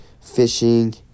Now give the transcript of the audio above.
fishing